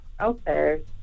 okay